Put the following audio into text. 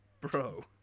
bro